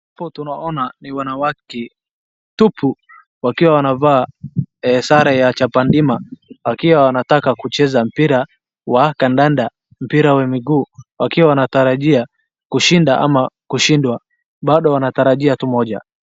Wanawake tupu wakiwa wanavaa sare ya chapa ndima wakiwa wanataka kucheza mpira wa kandanda mpira wa miguu wakiwa wanatarajia kushinda ama kushindwa bado watarajia tu moja.